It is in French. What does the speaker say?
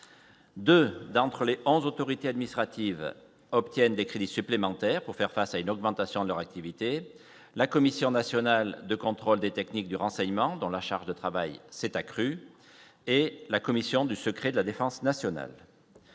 2 d'entre le 11, autorité administrative obtiennent des crédits supplémentaires pour faire face à une augmentation de leur activité, la Commission nationale de contrôle des techniques de renseignement dans la charge de travail s'est accrue et la commission du secret de la défense nationale,